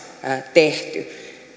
tehty